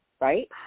Right